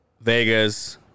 Vegas